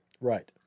Right